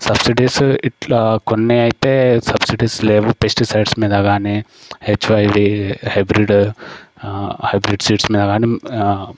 subsidies ఇట్లా కొన్ని అయితే సబ్సిడీస్ లేవు పెస్టిసైడ్స్ మీద గానీ హెచ్వైబి హైబ్రిడ్ హైబ్రిడ్ సీడ్స్ మీద గానీ